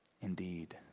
indeed